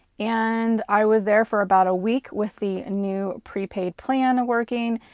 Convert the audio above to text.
and i was there for about a week with the new prepaid plan working.